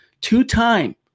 two-time